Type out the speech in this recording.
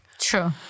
True